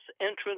entrance